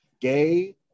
gay